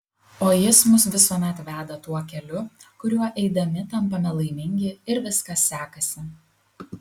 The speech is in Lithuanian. o jis mus visuomet veda tuo keliu kuriuo eidami tampame laimingi ir viskas sekasi